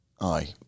Aye